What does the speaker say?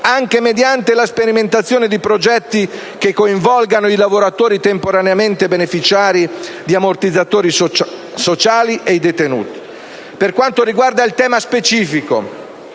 anche mediante la sperimentazione di progetti che coinvolgano i lavoratori temporaneamente beneficiari di ammortizzatori sociali e i detenuti. Per quanto riguarda il tema specifico